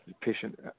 patient